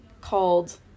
called